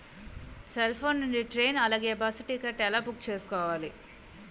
Cell phone నుండి train అలాగే bus ticket ఎలా బుక్ చేసుకోవాలి?